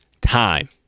time